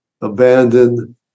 abandoned